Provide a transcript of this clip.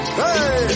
hey